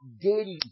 daily